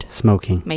smoking